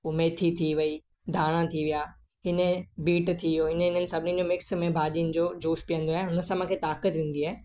पो मैथी थी वई धाणा थी विया इन बीटु थी वियो इन इन्हनि सभिनीनि जो मिक्स में भाॼियुनि जो जूस पीअंदी आहियां हुन सां मूंखे ताक़त ईंदी आहे